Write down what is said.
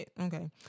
okay